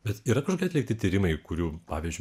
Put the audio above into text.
bet yra kur atlikti tyrimai kurių pavyzdžiui